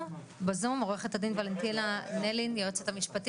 עו"ד ולנטינה נלין, היועצת המשפטית.